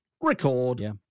record